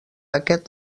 aquest